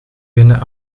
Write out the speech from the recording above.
winnen